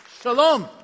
shalom